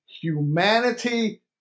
humanity